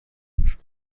میشد